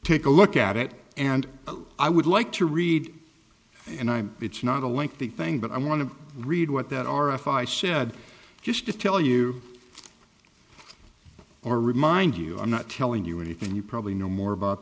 take a look at it and i would like to read and i'm it's not a lengthy thing but i want to read what that r f i said just to tell you or remind you i'm not telling you anything you probably know more about